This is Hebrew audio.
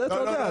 זה --- לא,